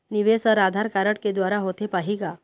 निवेश हर आधार कारड के द्वारा होथे पाही का?